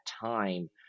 time